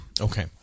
Okay